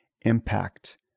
impact